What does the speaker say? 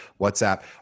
WhatsApp